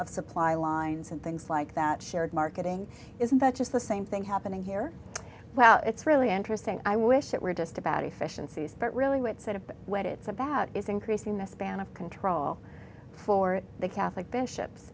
of supply lines and things like that shared marketing isn't that just the same thing happening here well it's really interesting i wish it were just about efficiencies but really what sort of what it's about is increasing the span of control for the catholic bishops